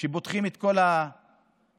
כשפותחים את כל הקניונים?